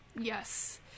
Yes